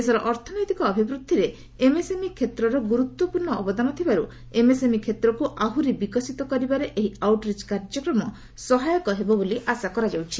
ଦେଶର ଅର୍ଥନୈତିକ ଅଭିବୃଦ୍ଧିରେ ଏମ୍ଏସ୍ଏମ୍ଇ କ୍ଷେତ୍ରର ଗୁରୁତ୍ୱପୂର୍ଣ୍ଣ ଅବଦାନ ଥିବାରୁ ଏମ୍ଏସ୍ଏମ୍ଇ କ୍ଷେତ୍ରକୁ ଆହୁରି ବିକଶିତ କରିବାରେ ଏହି ଆଉଟ୍ରିଚ୍ କାର୍ଯ୍ୟକ୍ରମ ସହାୟକ ହେବ ବୋଲି ଆଶା କରାଯାଉଛି